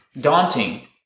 daunting